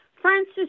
Francis